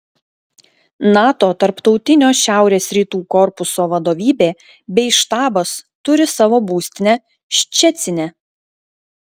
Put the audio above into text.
nato tarptautinio šiaurės rytų korpuso vadovybė bei štabas turi savo būstinę ščecine